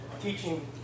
teaching